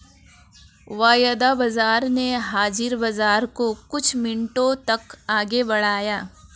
वायदा बाजार ने हाजिर बाजार को कुछ मिनटों तक आगे बढ़ाया